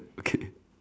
okay